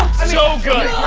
so good!